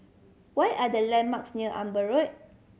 what are the landmarks near Amber Road